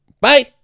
Bye